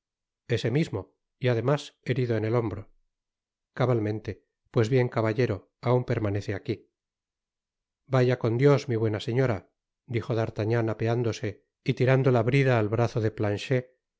ese mismo y además herido en el hombro cabalmente pues bifn caballero aun permanece aqui vaya con dios mi buena señora dijo d'artagnan apeándose y tirando la brida al brazo de planchet